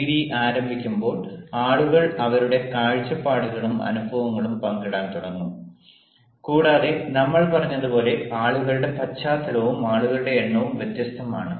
GD ആരംഭിക്കുമ്പോൾ ആളുകൾ അവരുടെ കാഴ്ചപ്പാടുകളും അനുഭവങ്ങളും പങ്കിടാൻ തുടങ്ങും കൂടാതെ നമ്മൾ പറഞ്ഞതുപോലെ ആളുകളുടെ പശ്ചാത്തലവും ആളുകളുടെ എണ്ണവും വ്യത്യസ്തമാണ്